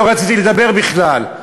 לא רציתי לדבר בכלל,